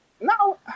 no